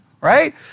Right